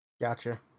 Gotcha